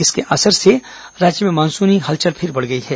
इसके असर से राज्य में मानसूनी हलचल फिर बढ़ गई है